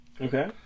okay